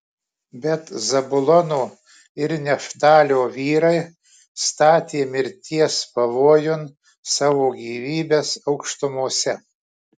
bet zabulono ir neftalio vyrai statė mirties pavojun savo gyvybes aukštumose